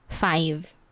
Five